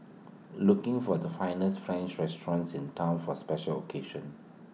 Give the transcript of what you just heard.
looking for the finest French restaurants in Town for A special occasion